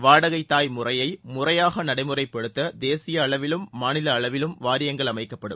வாடகைத்தாய் முறைய முறையாக நடைமுறைப்படுத்த தேசிய அளவிலும் மாநில அளவிலும் வாரியங்கள் அமைக்கப்படும்